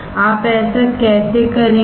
आप ऐसा कैसे करेंगे